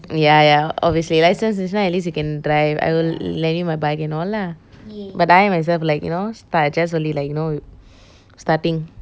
ya ya obviously license இருந்துச்சின்னா:irunthuchina at least you can drive I will lend you my bike and all lah but I myself like you know start I just only like you know starting